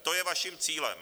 To je vaším cílem.